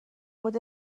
بود